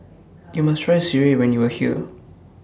YOU must Try Sireh when YOU Are here